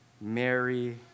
Mary